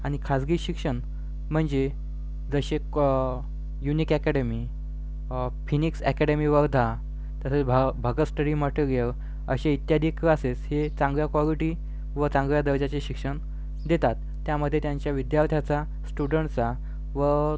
आणि खाजगी शिक्षण म्हणजे जसे कॉ unique academy Phoenix academy Wardha तसेच भाव् भगत स्टडी मटेरियल असे इत्यादी क्लासेस हे चांगल्या कॉगिटी व चांगल्या दर्जाचे शिक्षण देतात त्यामध्ये त्यांच्या विद्यार्थ्याचा स्टुडंटचा व